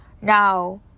Now